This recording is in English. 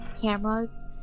cameras